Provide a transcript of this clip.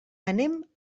anem